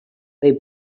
they